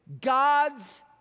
God's